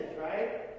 right